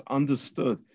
understood